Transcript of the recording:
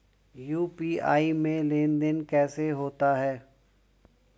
UPI में लेनदेन कैसे होता है?